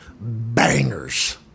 bangers